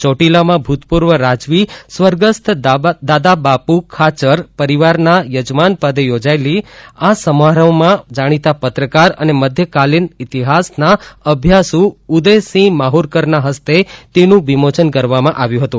ચોટીલામાં ભૂતપૂર્વ રાજવી સ્વર્ગસ્થ દાદાબાપુ ખાચર પરિવારના યજમાનપદે યોજાયેલી આ સમારોહમાં જાણીતા પત્રકાર અને મધ્યકાલિન ઇતિહાસના અભ્યાસું ઉદયસિંહ માહુરકરના હસ્તે તેનું વિમોચન કરવામાં આવ્યું હતું